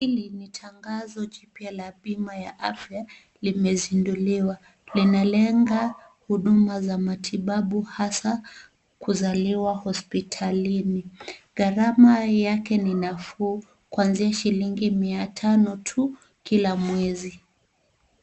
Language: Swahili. Hili ni tangazo jipya la bima ya afya limezinduliwa linalenga huduma za matibabu hasa kuzaliwa hospitalini garama yake ni nafuu kuanzia shilingi mia tano tu kila mwezi.